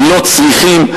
לא צריכים.